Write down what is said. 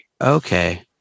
Okay